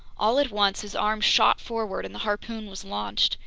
all at once his arm shot forward and the harpoon was launched.